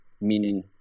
meaning